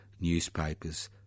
newspapers